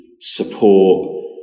support